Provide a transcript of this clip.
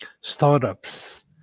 startups